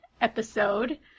episode